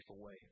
away